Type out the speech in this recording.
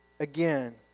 Again